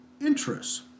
interests